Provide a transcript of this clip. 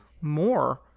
more